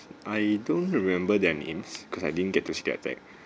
I don't remember their names cause I didn't get to see their tag